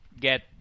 get